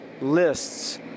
lists